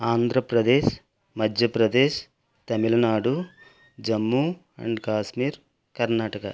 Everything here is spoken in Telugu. ఆంధ్రప్రదేశ్ మధ్యప్రదేశ్ తమిళనాడు జమ్మూ అండ్ కాశ్మీర్ కర్ణాటక